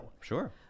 Sure